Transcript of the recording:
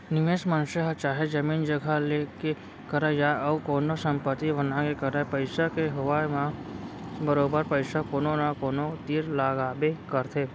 निवेस मनसे ह चाहे जमीन जघा लेके करय या अउ कोनो संपत्ति बना के करय पइसा के होवब म बरोबर पइसा कोनो न कोनो तीर लगाबे करथे